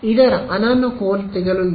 ಇದರ ಅನನುಕೂಲತೆಗಳು ಏನು